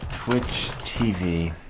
twitch tv